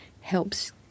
helps